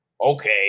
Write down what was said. okay